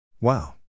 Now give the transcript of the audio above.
Wow